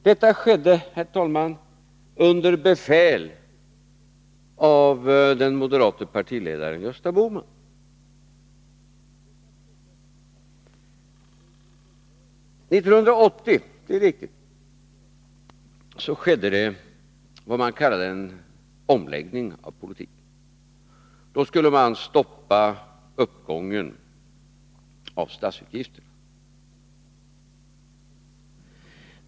Detta skedde, herr talman, under befäl av den moderate partiledaren Gösta Bohman. År 1980 skedde vad man kallar en omläggning av politiken — det är riktigt. Då skulle man stoppa uppgången i statsutgifterna.